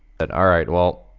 but all right, well,